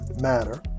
Matter